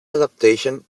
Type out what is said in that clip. adaptation